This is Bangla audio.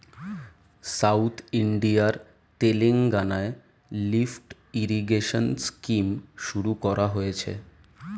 সাউথ ইন্ডিয়ার তেলেঙ্গানায় লিফ্ট ইরিগেশন স্কিম শুরু করা হয়েছে